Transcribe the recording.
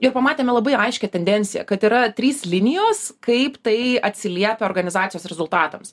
ir pamatėme labai aiškią tendenciją kad yra trys linijos kaip tai atsiliepia organizacijos rezultatams